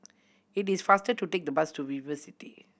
it is faster to take the bus to VivoCity